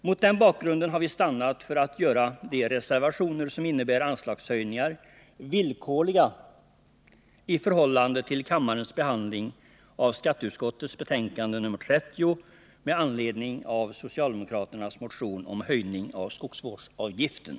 Mot den bakgrunden har vi stannat för att göra de reservationer som innebär anslagshöjningar som är villkorliga i förhållande till kammarens behandling av skatteutskottets betänkande nr 30 med anledning av socialdemokraternas motion om höjning av skogsvårdsavgiften.